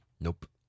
Nope